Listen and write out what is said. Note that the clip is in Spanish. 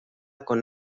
con